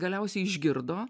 galiausiai išgirdo